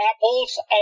Apples